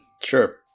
Sure